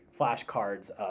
flashcards